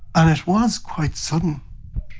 and it was quite sudden.